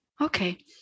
Okay